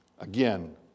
Again